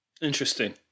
Interesting